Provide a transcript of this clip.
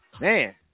Man